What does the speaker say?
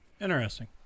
Interesting